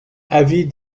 avis